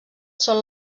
són